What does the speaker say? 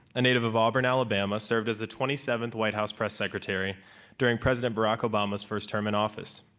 a native of auburn, alabama, served as the twenty seventh white house press secretary during president barack obama's first term in office.